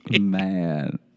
Man